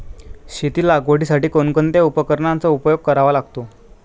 शेती लागवडीसाठी कोणकोणत्या उपकरणांचा उपयोग करावा लागतो?